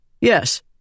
Yes